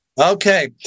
Okay